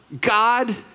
God